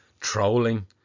trolling